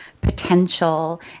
potential